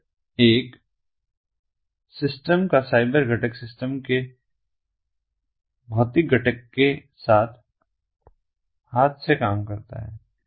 cyber 1 system का cyber घटक system के भौतिक घटक के साथ हाथ से काम करता है